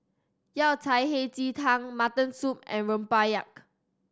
Yao Cai Hei Ji Tang Mutton Stew and rempeyek